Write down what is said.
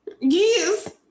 yes